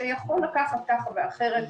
שיכול לקחת כך ואחרת,